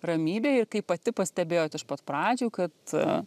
ramybė ir kaip pati pastebėjot iš pat pradžių kad